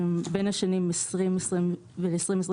בין השנים 2020 ל-2023,